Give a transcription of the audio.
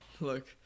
look